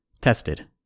tested